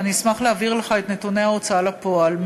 ואני אשמח להעביר לך את נתוני ההוצאה לפועל,